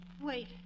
Wait